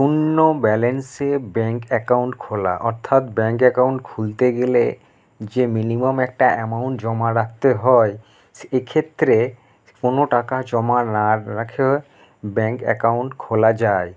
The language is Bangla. শূন্য ব্যালেন্সে ব্যাঙ্ক অ্যাকাউন্ট খোলা অর্থাৎ ব্যাঙ্ক অ্যাকাউন্ট খুলতে গেলে যে মিনিমাম একটা অ্যামাউন্ট জমা রাখতে হয় এক্ষেত্রে কোনো টাকা জমা না রাখে ব্যাঙ্ক অ্যাকাউন্ট খোলা যায়